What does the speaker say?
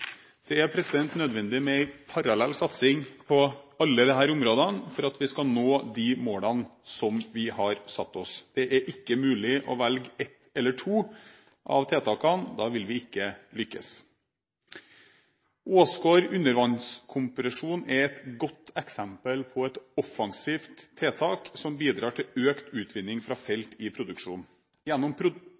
Det er nødvendig med en parallell satsing på alle disse områdene for at vi skal nå de målene som vi har satt oss. Det er ikke mulig å velge ett eller to av tiltakene. Da vil vi ikke lykkes. Åsgard undervannskompresjon er et godt eksempel på et offensivt tiltak som bidrar til økt utvinning fra felt i produksjon. Gjennom